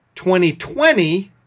2020